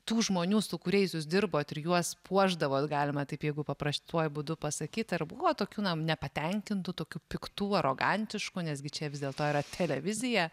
tų žmonių su kuriais jūs dirbot ir juos puošdavot galima taip jeigu paprastuoju būdu pasakyt ar buvo tokių na nepatenkintų tokių piktų arogantiškų nesgi čia vis dėlto yra televizija